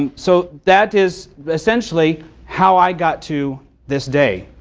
and so that is essentially how i got to this day.